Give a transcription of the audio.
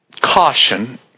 caution